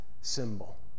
symbol